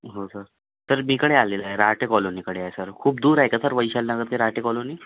हो sir sir मी इकडे आलेलो आहे रहाटे कॉलोनीकडे आहे सर खूप दूर आहे का सर वैशाली नगर ते रहाटे कॉलोनी